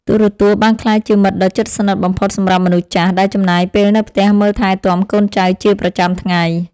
ទូរទស្សន៍បានក្លាយជាមិត្តដ៏ជិតស្និទ្ធបំផុតសម្រាប់មនុស្សចាស់ដែលចំណាយពេលនៅផ្ទះមើលថែទាំកូនចៅជាប្រចាំថ្ងៃ។